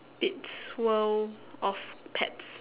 it's world of pets